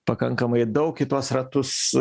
pakankamai daug į tuos ratus